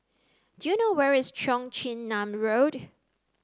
do you know where is Cheong Chin Nam Road